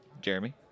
jeremy